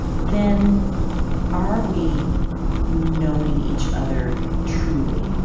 then are we knowing each other truly?